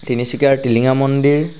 তিনিচুকীয়াৰ টিলিঙা মন্দিৰ